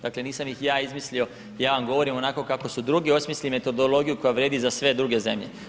Dakle nisam ih ja izmislio, ja vam govorim onako kako su drugi osmislili metodologiju koja vrijedi i za sve druge zemlje.